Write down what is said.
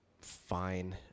fine